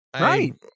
right